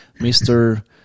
Mr